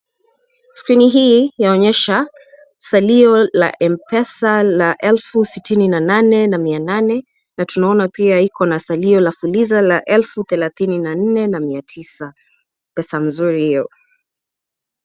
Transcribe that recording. Screening hii yaonyesha salio la M-Pesa la elfu sitini na nane mia nane na tunaona pia iko na salio la fuliza la elfu elfu thelathini na nne na mia tisa . Pesa nzuri hiyo.